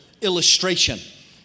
illustration